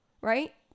right